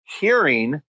hearing